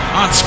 on